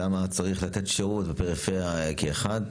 למה צריך לתת שירות בפרפריה כאחד,